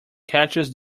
catches